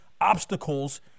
obstacles